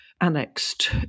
annexed